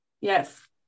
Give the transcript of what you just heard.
Yes